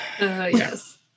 Yes